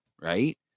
right